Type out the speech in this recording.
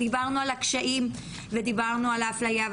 דיברנו על הקשיים ודיברנו על האפליה,